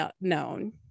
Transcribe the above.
known